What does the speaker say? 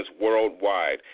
worldwide